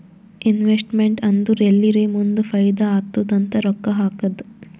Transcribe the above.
investment ಅಂದುರ್ ಎಲ್ಲಿರೇ ಮುಂದ್ ಫೈದಾ ಆತ್ತುದ್ ಅಂತ್ ರೊಕ್ಕಾ ಹಾಕದ್